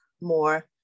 more